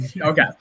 Okay